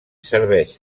serveix